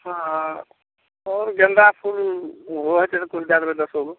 हँ आओर गेन्दा फूल ओहो हेतै तऽ दै देबै दसो गो